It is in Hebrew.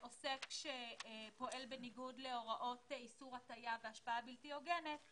עוסק שפועל בניגוד להוראות איסור הטעיה והשפעה בלתי הוגנת,